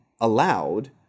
allowed